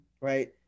right